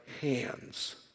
hands